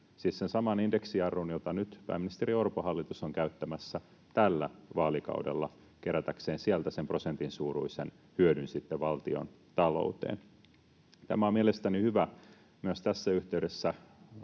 siis sen saman indeksijarrun, jota nyt pääministeri Orpon hallitus on käyttämässä tällä vaalikaudella kerätäkseen sieltä sen prosentin suuruisen hyödyn valtiontalouteen. Tämä on mielestäni hyvä myös tässä yhteydessä